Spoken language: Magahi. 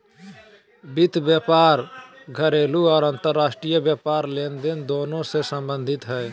वित्त व्यापार घरेलू आर अंतर्राष्ट्रीय व्यापार लेनदेन दोनों से संबंधित हइ